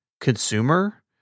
consumer